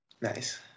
Nice